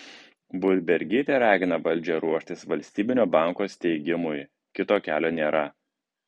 budbergytė ragina valdžią ruoštis valstybinio banko steigimui kito kelio nėra